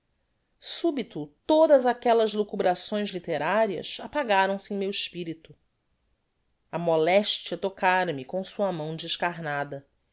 subito todas aquellas locubrações litterarias apagaram-se em meu espirito a molestia tocara me com sua mão descarnada